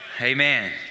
Amen